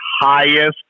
highest